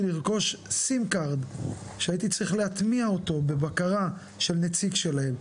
לרכוש סים קארד שהייתי צריך להטמיע אותו בבקרה של נציג שלהם,